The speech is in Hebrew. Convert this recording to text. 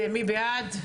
מי בעד?